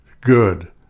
Good